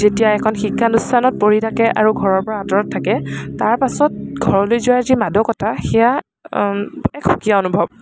যেতিয়া এখন শিক্ষানুষ্ঠানত পঢ়ি থাকে আৰু ঘৰৰ পৰা আঁতৰত থাকে তাৰপাছত ঘৰলৈ যোৱাৰ যি মাদকতা সেইয়া এক সুকীয়া অনুভৱ